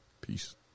Peace